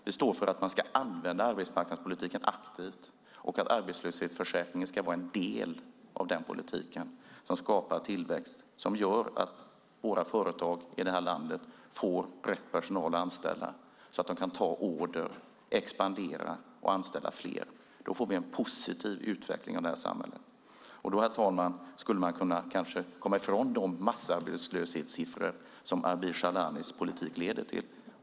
Vi står för att man ska använda arbetsmarknadspolitiken aktivt och för att arbetslöshetsförsäkringen ska vara en del av denna politik som skapar tillväxt och som gör att våra företag i det här landet får rätt personal anställd. Då kan de ta in order, expandera och anställa fler. Då får vi en positiv utveckling av det här samhället. Och då, herr talman, skulle man kanske kunna komma ifrån de massarbetslöshetssiffror som Abir Al-Sahlanis politik leder till.